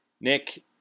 Nick